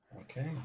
Okay